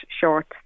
short